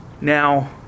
Now